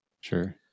Sure